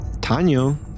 Tanya